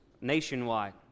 nationwide